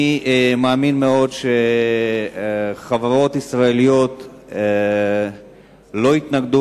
אני מאמין מאוד שחברות ישראליות לא יתנגדו